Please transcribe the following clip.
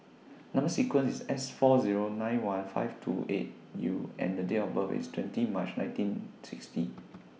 Number sequence IS S four Zero nine one five two eight U and The Date of birth IS twenty March nineteen sixty